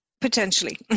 Potentially